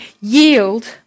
yield